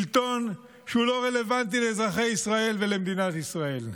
שלטון שהוא לא רלוונטי לאזרחי ישראל ולמדינת ישראל.